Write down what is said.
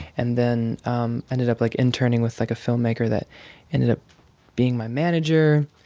and then um ended up, like, interning with, like, a filmmaker that ended up being my manager.